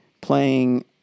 playing